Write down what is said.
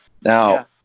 Now